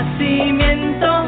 Nacimiento